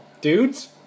Dudes